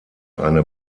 eine